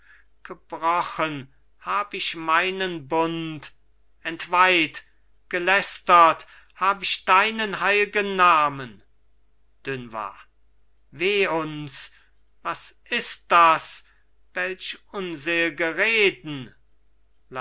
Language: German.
gebrochen hab ich meinen bund entweiht gelästert hab ich deinen heilgen namen dunois weh uns was ist das welch unselge